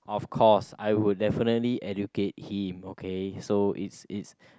of course I will definitely educate him okay so it's it's